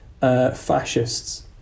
fascists